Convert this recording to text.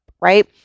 Right